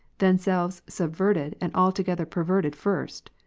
themselves subverted and alto gether perverted first,